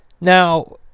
Now